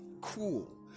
cool